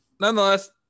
nonetheless